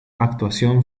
actuación